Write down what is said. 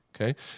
okay